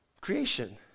Creation